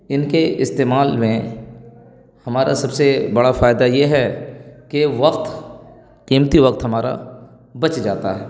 ان کے استعمال میں ہمارا سب سے بڑا فائدہ یہ ہے کہ وقت قیمتی وقت ہمارا بچ جاتا ہے